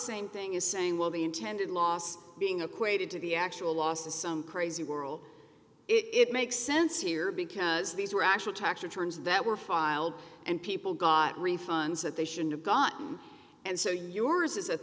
same thing as saying well the intended loss being acquainted to the actual loss to some crazy world it makes sense here because these were actual tax returns that were filed and people got refunds that they shouldn't a gun and so yours is a